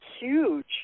huge